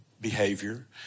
behavior